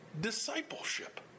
discipleship